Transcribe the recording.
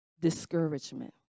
discouragement